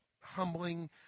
humbling